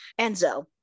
Enzo